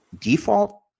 default